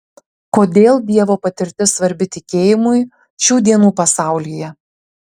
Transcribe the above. kodėl dievo patirtis svarbi tikėjimui šių dienų pasaulyje